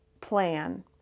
plan